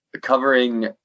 covering